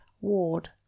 Ward